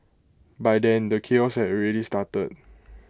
by then the chaos had already started